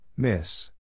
Miss